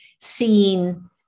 seeing